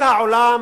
שגם כל העולם